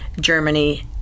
Germany